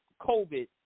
COVID